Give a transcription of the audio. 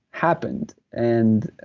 happened and